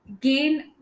gain